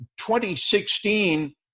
2016